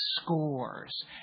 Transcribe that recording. scores